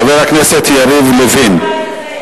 חבר הכנסת יריב לוין.